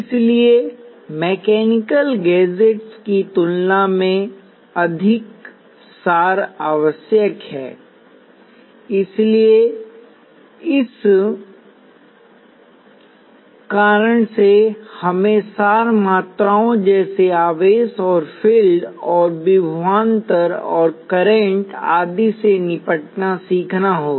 इसलिए mechanical gadgets की तुलना में अधिक सार आवश्यक है इसलिए इस कारण से हमें सार मात्राऔं जैसे आवेशऔर फील्ड और विभवांतरऔर करंट आदि से निपटना सीखना होगा